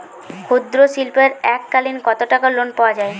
ক্ষুদ্রশিল্পের এককালিন কতটাকা লোন পাওয়া য়ায়?